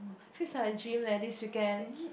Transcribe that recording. feels like a dream leh this weekend